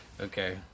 Okay